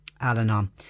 Al-Anon